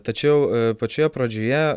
tačiau pačioje pradžioje